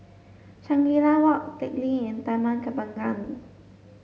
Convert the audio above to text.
Shangri La Walk Teck Lee and Taman Kembangan